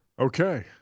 Okay